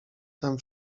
tem